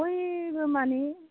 बयबो माने